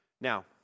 Now